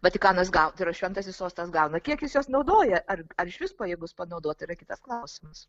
vatikanas gal tai yra šventasis sostas gauna kiek jis juos naudoja ar ar išvis pajėgus panaudot tai yra kitas klausimas